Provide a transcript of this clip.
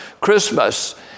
Christmas